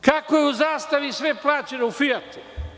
Kako je u „Zastavi“ sve plaćeno, u „Fijatu“